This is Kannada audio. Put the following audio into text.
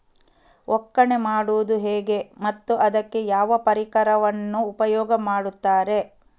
ಒಕ್ಕಣೆ ಮಾಡುವುದು ಹೇಗೆ ಮತ್ತು ಅದಕ್ಕೆ ಯಾವ ಪರಿಕರವನ್ನು ಉಪಯೋಗ ಮಾಡುತ್ತಾರೆ?